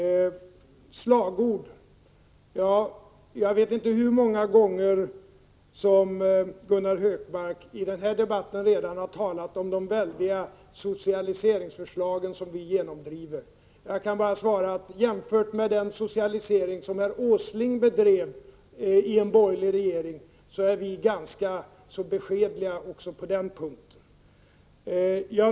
På tal om slagord vet jag inte hur många gånger som Gunnar Hökmark i denna debatt redan har talat om de väldiga socialiseringsförslag som vi socialdemokrater genomdriver. Jag kan bara säga att jämfört med den socialisering som herr Åsling genomdrev i en borgerlig regering är våra förslag ganska beskedliga.